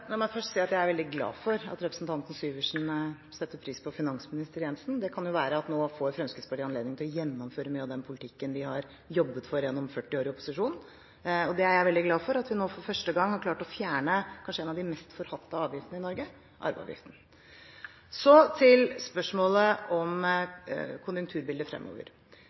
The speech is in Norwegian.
La meg først si at jeg er veldig glad for at representanten Syversen setter pris på finansminister Jensen. Det kan jo være fordi Fremskrittspartiet nå får anledning til å gjennomføre mye av den politikken vi har jobbet for gjennom 40 år i opposisjon. Jeg veldig glad for at vi nå for første gang har klart å fjerne en av de kanskje mest forhatte avgiftene i Norge – arveavgiften. Så til spørsmålet om konjunkturbildet fremover.